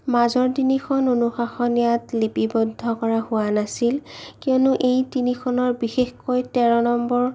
মাজৰ তিনিখন অনুশাসন ইয়াত লিপিবদ্ধ কৰা হোৱা নাছিল কিয়নো এই তিনিখনৰ বিশেষকৈ তেৰনম্বৰ